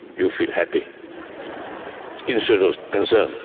you feel happy instead of concern.